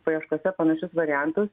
paieškose panašius variantus